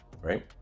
Right